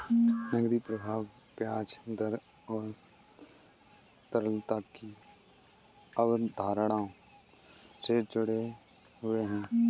नकदी प्रवाह ब्याज दर और तरलता की अवधारणाओं से जुड़े हुए हैं